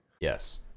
Yes